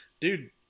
dude